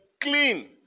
clean